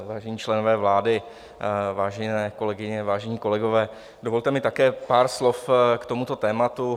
Vážení členové vlády, vážené kolegyně, vážení kolegové, dovolte mi také pár slov k tomuto tématu.